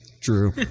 True